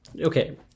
Okay